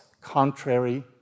contrary